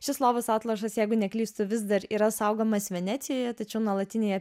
šis lovos atlošas jeigu neklystu vis dar yra saugomas venecijoje tačiau nuolatinėje